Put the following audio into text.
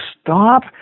stop